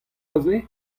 aze